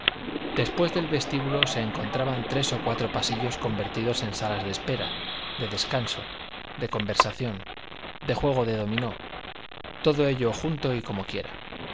después del vestíbulo se encontraban tres o cuatro pasillos convertidos en salas de espera de descanso de conversación de juego de dominó todo ello junto y como quiera